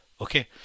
okay